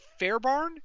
Fairbarn